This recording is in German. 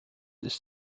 ist